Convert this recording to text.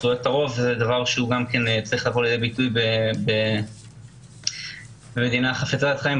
דבר שצריך לבוא לידי ביטוי במדינה חפצת חיים.